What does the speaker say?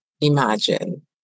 imagine